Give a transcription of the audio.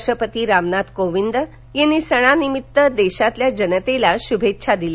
राष्ट्रपती रामनाथ कोविंद यांनी सणानिमित्त देशातल्या जनतेला शुभेच्छा दिल्या